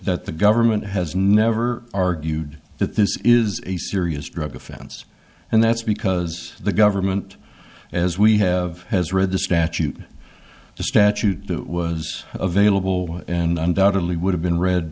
that the government has never argued that this is a serious drug offense and that's because the government as we have has read the statute the statute that was available and undoubtedly would have been read